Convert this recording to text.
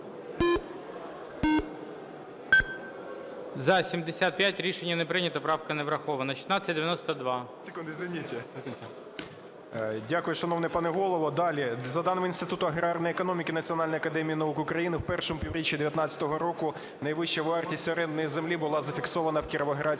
За-75 Рішення не прийнято. Правка не врахована. 1692. 10:49:44 КОЛТУНОВИЧ О.С. Дякую, шановний пане Голово. Далі, за даними Інституту аграрної економіки Національної академії наук України в першому півріччі 19-го року найвища вартість орендної землі була зафіксована в Кіровоградській